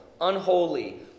unholy